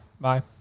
bye